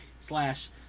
slash